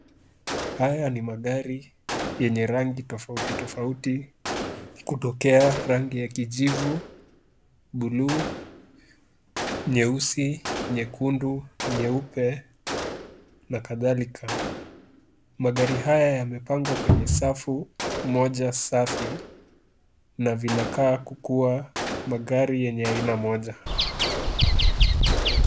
Haya ni magari yenye rangi tofauti tofauti. Kutokea rangi ya kijivu, bluu, nyeusi, nyekundu, nyeupe na kathalika. Magari haya yamepangwa kwenye safu moja safi na vinakaa kukuwa magari yenye aina moja.